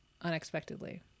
unexpectedly